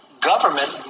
government